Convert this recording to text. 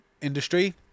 industry